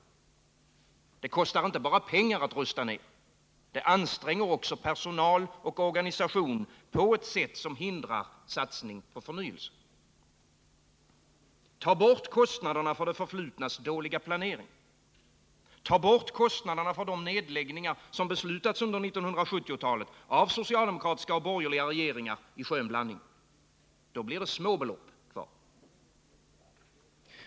Det kostar inte bara pengar att rusta ned — det anstränger också personal och organisation på ett sätt som hindrar satsning på förnyelse. Ta bort kostnaderna för det förflutnas dåliga planering. Ta bort kostnaderna för de nedläggningar som beslutats under 1970-talet av socialdemokratiska och borgerliga regeringar i skön blandning. Då blir det små belopp kvar.